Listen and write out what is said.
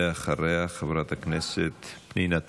אחריה, חברת הכנסת פנינה תמנו.